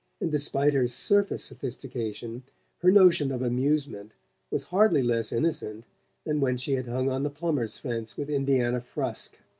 and despite her surface-sophistication her notion of amusement was hardly less innocent than when she had hung on the plumber's fence with indiana frusk.